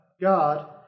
God